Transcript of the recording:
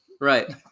Right